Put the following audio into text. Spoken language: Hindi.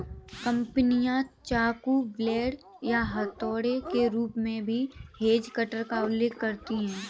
कंपनियां चाकू, ब्लेड या हथौड़े के रूप में भी हेज कटर का उल्लेख करती हैं